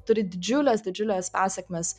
turi didžiules didžiules pasekmes